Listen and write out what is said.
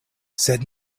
sed